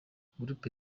group